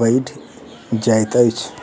बैढ़ जाइत अछि